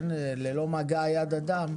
ללא מגע יד אדם.